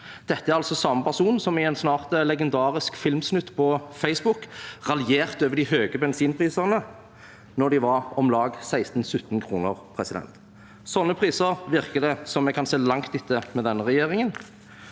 Dette er altså samme person som i en snart legendarisk filmsnutt på Facebook raljerte over de høye bensinprisene, da de var på om lag 16–17 kr. Sånne priser virker det som vi kan se langt etter med denne regjeringen.